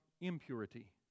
impurity